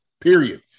period